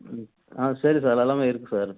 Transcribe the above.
ம் அ சரி சார் எல்லாமே இருக்கு சார்